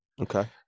Okay